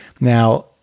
Now